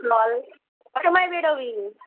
চল ক সময় বেরোবি